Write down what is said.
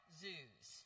zoos